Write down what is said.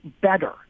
better